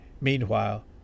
Meanwhile